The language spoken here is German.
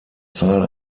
zahl